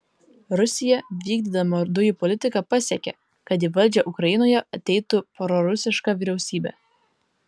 rusija vykdydama dujų politiką pasiekė kad į valdžią ukrainoje ateitų prorusiška vyriausybė